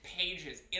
pages